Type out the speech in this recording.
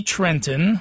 Trenton